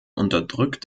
unterdrückt